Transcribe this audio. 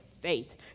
faith